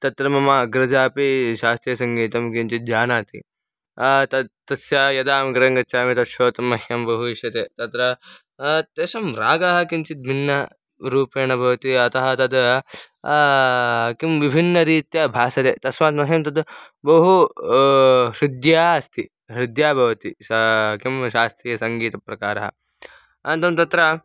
तत्र मम अग्रजापि शास्त्रीयसङ्गीतं किञ्चित् जानाति तत् तस्य यदा अहं गृहं गच्छामि तत् श्रोतुं मह्यं बहु इष्यते तत्र तेषां रागः किञ्चित् भिन्नरूपेण भवति अतः तत् किं विभिन्नरीत्या भासते तस्मात् मह्यं तत् बहु हृद्या अस्ति हृद्या भवति सा किं शास्त्रीयसङ्गीतप्रकारः अनन्तरं तत्र